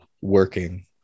working